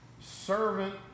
servant